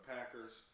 Packers